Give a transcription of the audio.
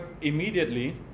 immediately